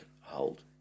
hold